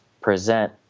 present